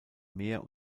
mehr